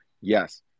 yes